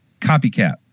Copycat